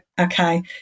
okay